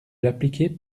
l’appliquer